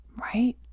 right